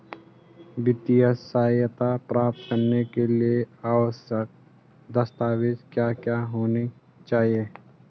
वित्तीय सहायता प्राप्त करने के लिए आवश्यक दस्तावेज क्या क्या होनी चाहिए?